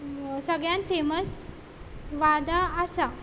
सगळ्यांत फॅमस वादा आसा